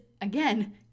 again